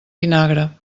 vinagre